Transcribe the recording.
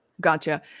gotcha